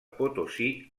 potosí